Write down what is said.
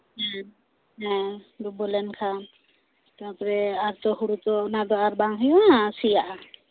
ᱦᱮᱸ ᱦᱮᱸ ᱰᱩᱵᱟᱹ ᱞᱮᱱ ᱠᱷᱟᱱ ᱛᱟᱯᱚᱨᱮ ᱟᱨ ᱛᱚ ᱦᱩᱲᱩ ᱛᱚ ᱟᱫᱚ ᱟᱨ ᱵᱟᱝ ᱦᱩᱭᱩᱜᱼᱟ ᱥᱮᱭᱟᱜᱼᱟ